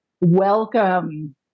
Welcome